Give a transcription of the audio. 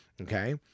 Okay